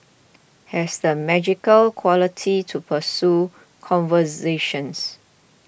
has the magical quality to pursue conversations